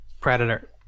Predator